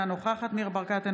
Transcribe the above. אינה נוכחת ניר ברקת,